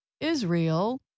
Israel